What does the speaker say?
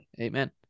Amen